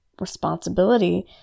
responsibility